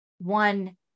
one